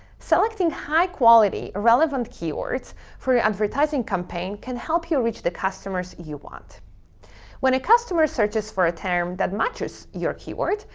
selecting high quality relevant keywords for your advertising campaign can help you reach the customers you want. alex when a customer searches for a term that matches your keyword,